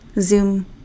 Zoom